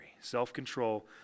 Self-control